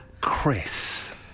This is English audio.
Chris